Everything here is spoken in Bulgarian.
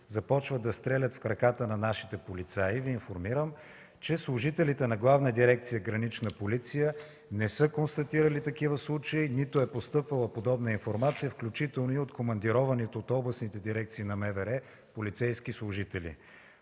започват да стрелят в краката на нашите полицаи, Ви информирам, че служителите на Главна дирекция „Гранична полиция” не са констатирали такива случаи, нито е постъпвала подобна информация, включително от командированите от областните дирекции на МВР полицейски служители.